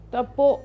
Tapo